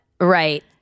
Right